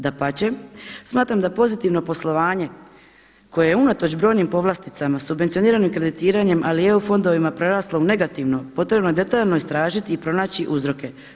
Dapače, smatram da pozitivno poslovanje koje je unatoč brojnim povlasticama, subvencioniranim kreditiranjem ali i EU fondovima preraslo u negativno potrebno je detaljno istražiti i pronaći uzroke.